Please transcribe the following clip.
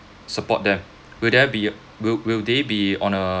support them will there be will will they be on a